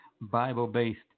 Bible-based